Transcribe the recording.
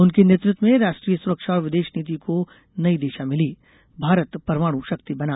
उनके नेतृत्व में राष्ट्रीय सुरक्षा और विदेश नीति को नई दिशा मिली भारत परमाणु शक्ति बना